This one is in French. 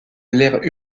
l’aire